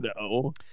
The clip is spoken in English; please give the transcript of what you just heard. No